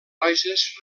roges